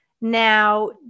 Now